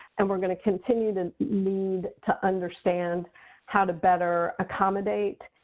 and we're going to continuing to need to understand how to better accommodate,